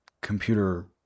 computer